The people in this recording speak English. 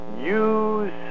use